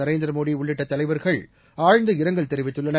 நரேந்திரமோடி உள்ளிட்ட தலைவர்கள் ஆழ்ந்த இரங்கல் தெரிவித்துள்ளனர்